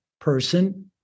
person